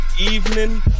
evening